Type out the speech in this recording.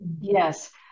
Yes